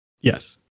Yes